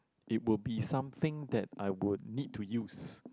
it would be something that I would need to use